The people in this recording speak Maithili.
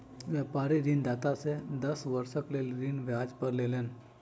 व्यापारी ऋणदाता से दस वर्षक लेल ऋण ब्याज पर लेलैन